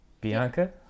Bianca